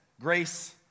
grace